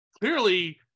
clearly